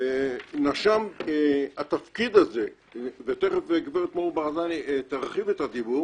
נציבות שירות המדינה ותכף גברת מור ברזני תרחיב את הדיבור